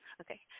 Okay